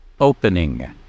opening